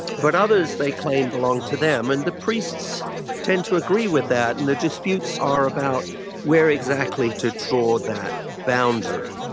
but others, they claimed, belonged to them. and the priests tend to agree with that. and the disputes are about where exactly to draw that boundary.